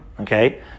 Okay